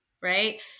right